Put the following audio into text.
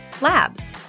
Labs